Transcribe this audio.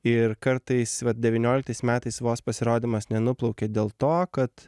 ir kartais vat devynioliktais metais vos pasirodymas nenuplaukė dėl to kad